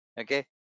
okay